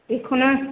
जेखुनु